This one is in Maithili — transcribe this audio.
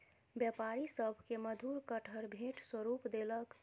व्यापारी सभ के मधुर कटहर भेंट स्वरूप देलक